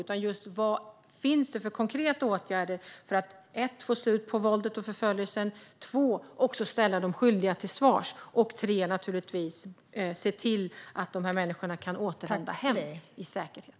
Vilka konkreta åtgärder finns för att för det första få slut på våldet och förföljelsen, för att för det andra ställa de skyldiga till svars och för att för det tredje naturligtvis se till att dessa människor kan återvända hem i säkerhet?